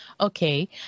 Okay